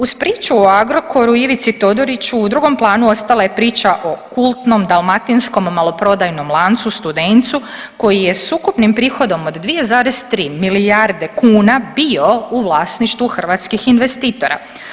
Uz priču o Agrokoru i Ivici Todoriću u drugom planu ostala je priča o kultnom dalmatinskom maloprodajnom lancu Studencu koji je s ukupnim prihodom od 2,3 milijarde kuna bio u vlasništvu hrvatskih investitora.